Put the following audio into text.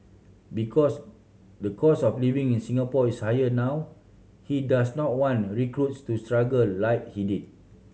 because the cost of living in Singapore is higher now he does not want recruits to struggle like he did